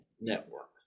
network